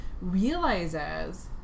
realizes